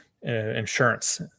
insurance